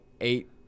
eight